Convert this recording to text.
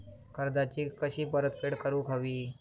कर्जाची कशी परतफेड करूक हवी?